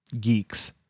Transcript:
geeks